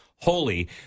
Holy